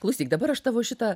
klausyk dabar aš tavo šitą